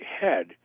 head